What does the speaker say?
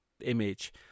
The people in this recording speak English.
image